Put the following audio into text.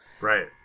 Right